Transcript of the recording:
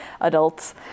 adults